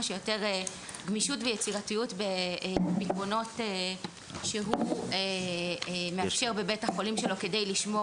שיותר גמישות ויצירתיות בפתרונות שהוא מאפשר בבית החולים שלו כדי לשמור